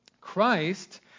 Christ